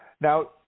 Now